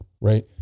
right